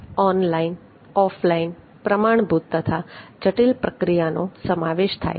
online offline પ્રમાણભૂત તથા જટિલ પ્રક્રિયાનો સમાવેશ થાય છે